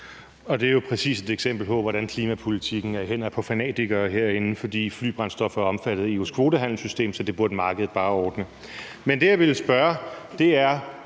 Det er jo et præcist eksempel på, hvordan klimapolitikken er i hænderne på fanatikere herinde, for flybrændstoffer er omfattet af EU's kvotehandelssystem. Så det burde markedet bare ordne. Det, jeg ville spørge til, er